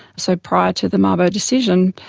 so prior to the mabo decision,